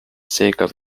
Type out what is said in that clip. seega